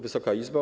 Wysoka Izbo!